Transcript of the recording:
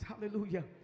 hallelujah